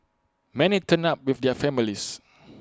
many turned up with their families